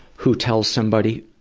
who tells somebody,